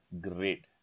Great